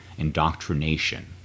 indoctrination